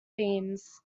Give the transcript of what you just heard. beans